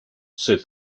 said